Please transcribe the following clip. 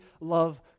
love